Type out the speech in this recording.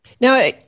Now